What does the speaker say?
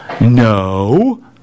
no